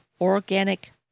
organic